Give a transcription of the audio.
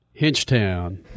Hinchtown